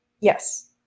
Yes